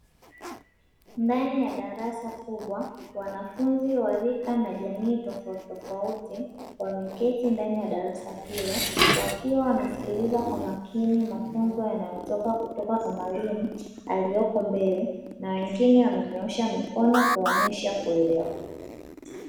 Ndani ya darasa kubwa, wanafunzi wa rika na jamii tofautitofauti, wameketi ndani ya darasa hilo wakiwa wanasikiliza kwa makini mafunzo yanayotoka kutoka kwa mwalimu, aliyepo mbele na wengine wamenyoosha mikono kuonesha kuelewa.